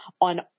on